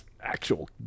actual